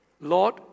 Lord